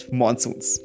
monsoons